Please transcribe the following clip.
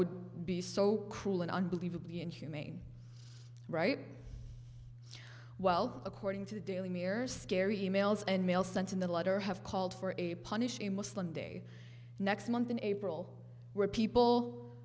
would be so cruel and unbelievably inhumane right well according to the daily mirror scary emails and mail sent in the letter have called for a punishing muslim day next month in april where people